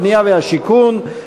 הבנייה והשיכון,